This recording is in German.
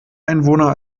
einwohner